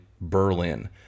berlin